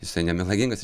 jisai nemelagingas